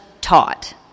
taught